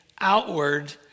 outward